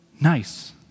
nice